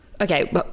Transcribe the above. Okay